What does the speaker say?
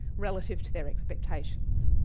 relative to their expectations.